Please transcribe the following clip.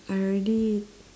I already